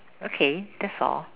okay that's all